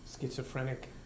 schizophrenic